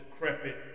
decrepit